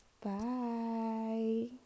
Bye